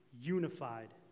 unified